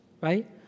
right